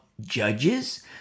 Judges